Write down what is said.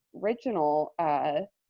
original